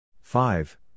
five